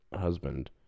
husband